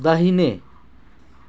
दाहिने